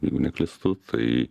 jeigu neklystu tai